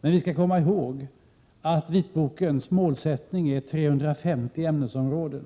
Men vi skall komma ihåg att vitbokens målsättning omfattar 350 ämnesområden,